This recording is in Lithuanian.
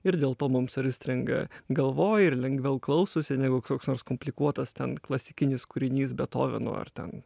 ir dėl to mums ar įstringa galvoj ir lengviau klausosi negu koks nors komplikuotas ten klasikinis kūrinys betoveno ar ten